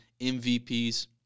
mvps